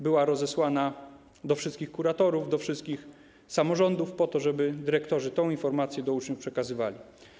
Była rozesłana do wszystkich kuratorów, do wszystkich samorządów, po to żeby dyrektorzy tę informację do uczniów przekazywali.